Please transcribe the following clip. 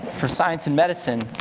for science and medicine,